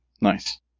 Nice